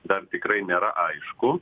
dar tikrai nėra aišku